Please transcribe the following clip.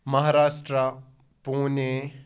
Maharashtra Pune